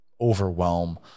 overwhelm